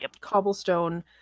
cobblestone